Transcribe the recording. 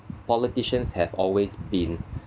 politicians have always been